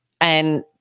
and-